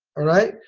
alright,